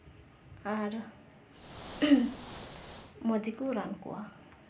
ᱟᱨ ᱢᱚᱡᱽ ᱜᱮᱠᱚ ᱨᱟᱱ ᱠᱚᱣᱟ